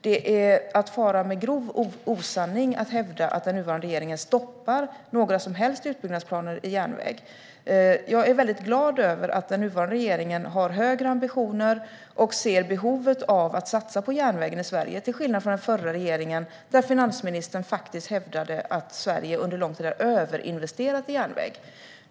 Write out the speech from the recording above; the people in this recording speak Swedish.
Det är att fara med grov osanning att hävda att den nuvarande regeringen stoppar några som helst utbyggnadsplaner i järnväg. Jag är glad över att den nuvarande regeringen har högre ambitioner och ser behovet av att satsa på järnvägen i Sverige, till skillnad från den förra regeringen där finansministern faktiskt hävdade att Sverige under lång tid har överinvesterat i järnväg.